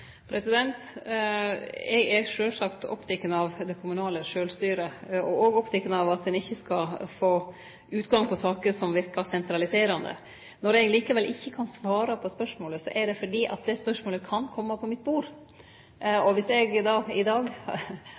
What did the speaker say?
ikkje skal få ein utgang på saker som verkar sentraliserande. Når eg likevel ikkje kan svare på spørsmålet, er det fordi det spørsmålet kan kome på mitt bord. Dersom eg i dag